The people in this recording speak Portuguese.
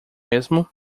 mesmo